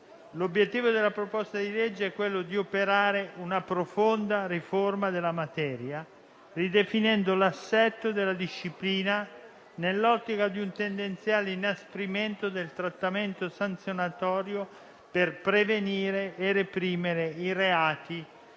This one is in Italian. L'obiettivo del disegno di legge è di operare una profonda riforma della materia, ridefinendo l'assetto della disciplina nell'ottica di un tendenziale inasprimento del trattamento sanzionatorio, per prevenire e reprimere i reati